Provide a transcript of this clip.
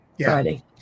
Friday